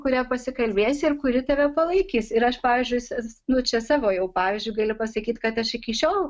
kuria pasikalbėsi ir kuri tave palaikys ir aš pavyzdžiui nu čia savo jau pavyzdžiui galiu pasakyti kad aš iki šiol